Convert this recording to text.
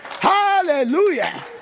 Hallelujah